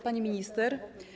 Pani Minister!